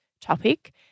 topic